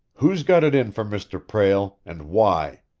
who's got it in for mr. prale, and why?